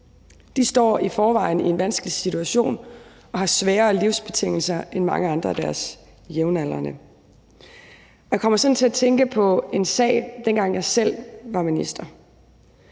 De står i forvejen i en vanskelig situation og har sværere livsbetingelser end mange andre af deres jævnaldrende. Jeg kommer sådan til at tænke på en sag, fra dengang jeg selv var minister,